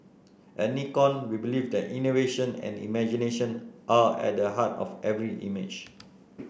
at Nikon we believe that innovation and imagination are at the heart of every image